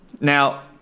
Now